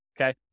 Okay